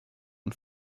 und